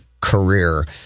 career